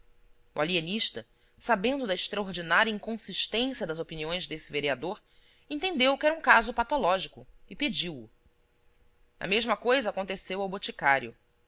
o alienista sabendo da extraordinária inconsistência das opiniões desse vereador entendeu que era um caso patológico e pediu o a mesma coisa aconteceu ao boticário